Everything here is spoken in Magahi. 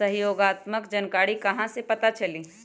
सहयोगात्मक जानकारी कहा से पता चली?